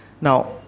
now